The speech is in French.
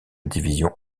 division